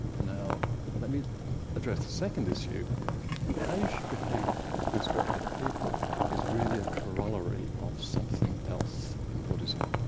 now let me address the second issue how you should behave with respect to other people is really a corollary of something else in buddhism,